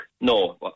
no